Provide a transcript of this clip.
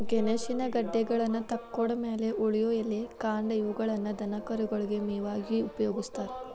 ಗೆಣಸಿನ ಗೆಡ್ಡೆಗಳನ್ನತಕ್ಕೊಂಡ್ ಮ್ಯಾಲೆ ಉಳಿಯೋ ಎಲೆ, ಕಾಂಡ ಇವುಗಳನ್ನ ದನಕರುಗಳಿಗೆ ಮೇವಾಗಿ ಉಪಯೋಗಸ್ತಾರ